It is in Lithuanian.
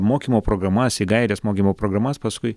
mokymo programas į gaires mokymo programas paskui